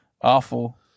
Awful